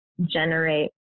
generate